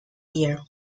year